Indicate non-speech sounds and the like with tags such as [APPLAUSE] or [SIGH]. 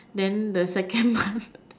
then the second one [NOISE]